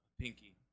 Pinky